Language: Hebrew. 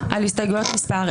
אולי תחזור על הצליל הזה.